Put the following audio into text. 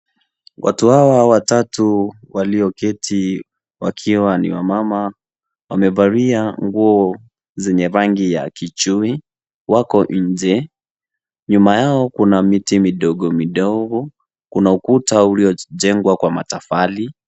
Watu hawa watatu walio keti wakiwa ni wamama, wamevalia nguo zenye rangi ya kichui, wako nje. Nyuma yao kuna miti midogo midogo, kuna ukuta uliojengwa kwa matofali.